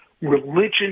Religion